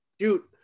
shoot